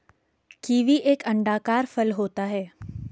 kiwi एक अंडाकार फल होता है